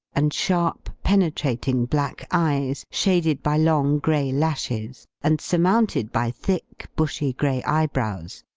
and sharp, penetrating black eyes, shaded by long, gray lashes, and surmounted by thick, bushy, gray eyebrows.